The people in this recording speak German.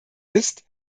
ist